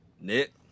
Nick